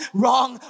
wrong